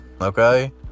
okay